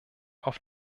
auf